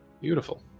Beautiful